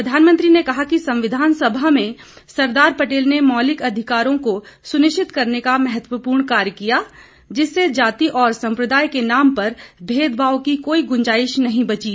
प्रधानमंत्री ने कहा कि संविधान सभा में सरदार पटेल ने मौलिक अधिकारों को सुनिश्चित करने का महत्वपूर्ण कार्य किया जिससे जाति और संप्रदाय के नाम पर भेदभाव की कोई गुंजाइश नहीं बची